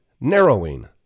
narrowing